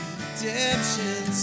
redemption